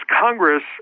Congress